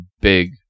big